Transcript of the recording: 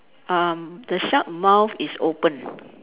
um the shark mouth is open